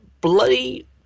bloody